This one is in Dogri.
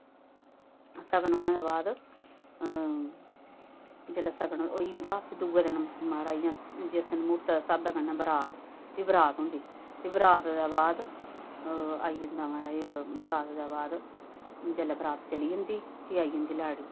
सगन होने दे बाद जेल्लै सगन होई जंदा फ्ही दुऐ दिन म्हाराज इ'यां जिस दिन म्हूरतै दे स्हाबै कन्नै बरात फ्ही बरात होंदी फ्ही बरात दे बाद आई जंदा म्हाराज बरात दे बाद जेल्लै बरात चली जंदी फ्ही आई जंदी लाड़ी